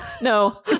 No